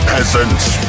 Peasants